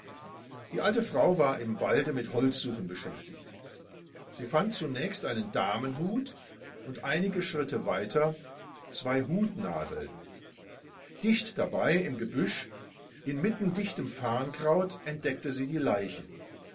die alte frau war im walde mit holzsuchen beschäftigt sie fand zunächst einen damenhut und einige schritte weiter zwei hutnadeln dicht dabei im gebüsch inmitten dichtem farnkraut entdeckte sie die leiche